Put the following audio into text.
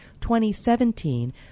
2017